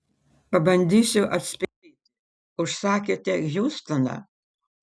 pabandysiu atspėti užsakėte hjustoną